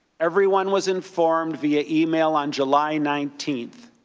everyone was informed via email on july nineteen,